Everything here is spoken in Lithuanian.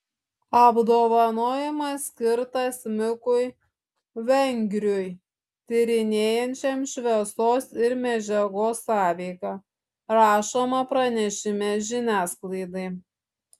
apdovanojimas skirtas mikui vengriui tyrinėjančiam šviesos ir medžiagos sąveiką rašoma pranešime žiniasklaidai